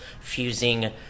fusing